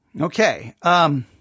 Okay